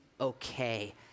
okay